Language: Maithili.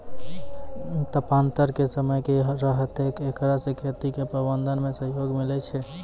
तापान्तर के समय की रहतै एकरा से खेती के प्रबंधन मे सहयोग मिलैय छैय?